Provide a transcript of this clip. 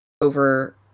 over